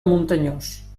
muntanyós